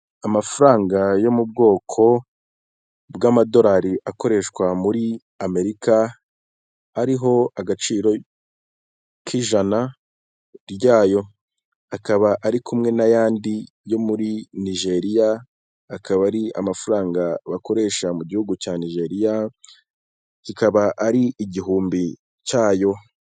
Amafaranga yo mu bwoko bw'amadorari akoreshwa muri Amerika, ariho agaciro k'ijana ryayo, akaba ari kumwe n'ayandi yo muri Nigeriya, akaba ari amafaranga bakoresha mu gihugu cya Nigeria kikaba ari igihumbi cyayo.